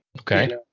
Okay